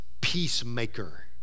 peacemaker